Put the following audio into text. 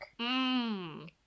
Mmm